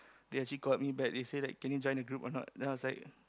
they actually called me back they said that can you join the group or not then I was like